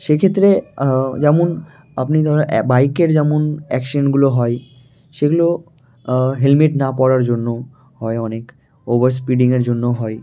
সেই ক্ষেত্রে যেমন আপনি ধরো বাইকের যেমন অ্যাক্সিডেন্টগুলো হয় সেগুলো হেলমেট না পরার জন্যও হয় অনেক ওভার স্পিডিংয়ের জন্যও হয়